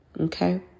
okay